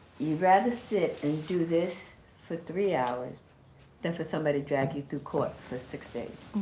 you'd rather sit and do this for three hours than for somebody drag you to court for six days.